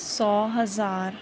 ਸੌ ਹਜ਼ਾਰ